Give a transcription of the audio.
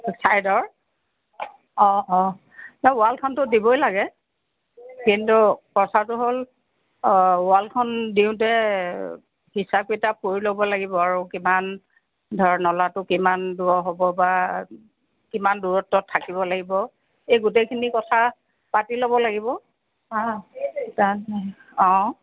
ছাইদৰ অ অ নহয় ৱালখনতো দিবই লাগে কিন্তু কথাটো হ'ল অ ৱালখন দিওঁতে হিচাপ কিটাপ কৰি ল'ব লাগিব আৰু কিমান ধৰ নলাটো কিমান দ' হ'ব বা কিমান দূৰত্বত থাকিব লাগিব এই গোটেইখিনি কথা পাতি ল'ব লাগিব অ অ